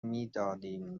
میدادیم